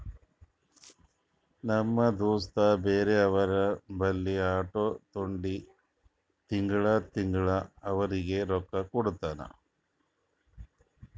ನಮ್ ದೋಸ್ತ ಬ್ಯಾರೆ ಅವ್ರ ಬಲ್ಲಿ ಆಟೋ ತೊಂಡಿ ತಿಂಗಳಾ ತಿಂಗಳಾ ಅವ್ರಿಗ್ ರೊಕ್ಕಾ ಕೊಡ್ತಾನ್